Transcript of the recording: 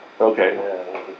Okay